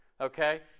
okay